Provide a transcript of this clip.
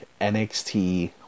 NXT